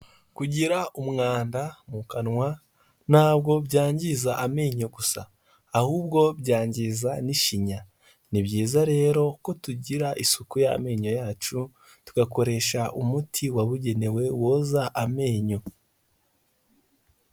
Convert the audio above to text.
Kugira umwanda mu kanwa, ntabwo byangiza amenyo gusa ahubwo byangiza n'ishinya, ni byiza rero ko tugira isuku y'amenyo yacu, tugakoresha umuti wabugenewe woza amenyo.